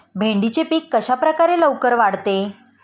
भेंडीचे पीक कशाप्रकारे लवकर वाढते?